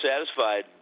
satisfied